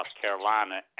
Carolina